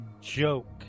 joke